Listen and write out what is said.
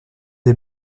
des